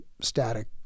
static